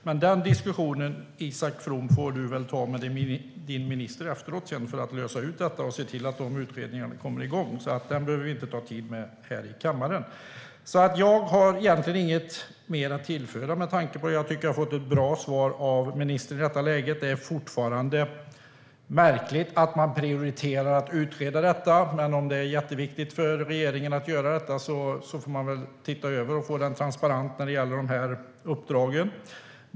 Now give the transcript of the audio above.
Men den diskussionen får du, Isak From, ta med din minister sedan för att lösa detta och se till att dessa utredningar kommer igång. Den diskussionen behöver vi inte ta tid för att föra här i kammaren. Jag har egentligen inget mer att tillföra med tanke på att jag tycker att jag har fått ett bra svar från ministern i detta läge. Det är fortfarande märkligt att man prioriterar att utreda detta. Om det är jätteviktigt för regeringen att göra det får man väl se över detta och få det transparent när det gäller dessa uppdrag.